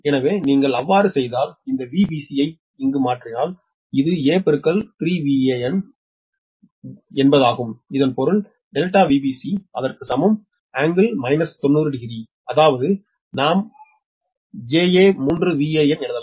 எனவே நீங்கள் அவ்வாறு செய்தால் இந்த Vbc ஐ இங்கு மாற்றினால் அது 𝒂 ∗ 3𝑽𝒂n ∟ be என்பதாகும் இதன் பொருள் ΔVbc அதற்கு சமம் ∟ 900 அதாவது நாம் ja3𝑽𝒂n எழுதலாம்